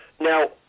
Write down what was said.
now